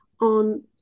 on